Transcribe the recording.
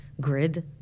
grid